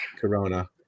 corona